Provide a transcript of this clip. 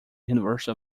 universal